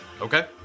Okay